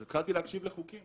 אז התחלתי להקשיב לחוקים